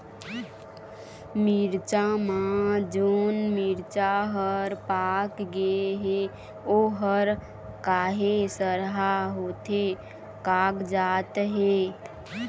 मिरचा म जोन मिरचा हर पाक गे हे ओहर काहे सरहा होथे कागजात हे?